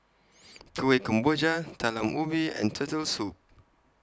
Kuih Kemboja Talam Ubi and Turtle Soup